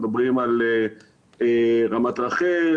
על רמת רחל,